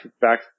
back